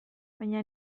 baina